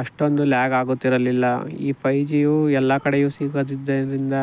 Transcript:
ಅಷ್ಟೊಂದು ಲ್ಯಾಗ್ ಆಗುತ್ತಿರಲಿಲ್ಲ ಈ ಫೈ ಜಿಯು ಎಲ್ಲ ಕಡೆಯೂ ಸಿಗದಿದ್ದರಿಂದ